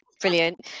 Brilliant